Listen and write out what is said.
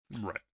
Right